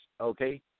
okay